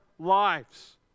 Lives